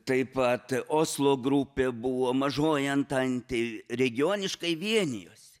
taip pat oslo grupė buvo mažoji antantė regioniškai vienijosi